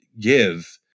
give